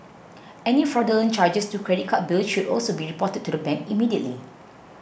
any fraudulent charges to credit card bills should also be reported to the bank immediately